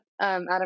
Adam